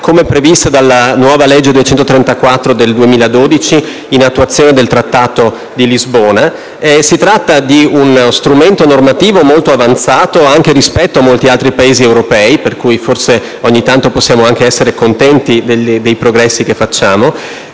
come previsto dalla legge n. 234 del 2012, in attuazione del Trattato di Lisbona. Si tratta di un strumento normativo molto avanzato anche rispetto a molti altri Paesi europei, per cui forse ogni tanto possiamo anche essere contenti dei progressi che facciamo.